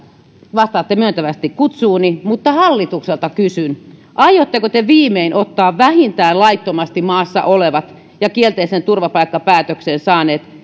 vastaatte myöntävästi kutsuuni mutta hallitukselta kysyn aiotteko te viimein ottaa vähintään laittomasti maassa olevat ja kielteisen turvapaikkapäätöksen saaneet